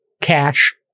cash